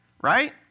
right